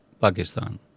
Pakistan